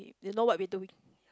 they know what we don't